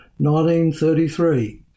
1933